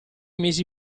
mesi